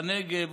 בנגב,